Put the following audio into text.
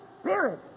Spirit